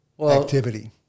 activity